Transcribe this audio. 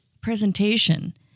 presentation